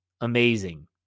amazing